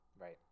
Right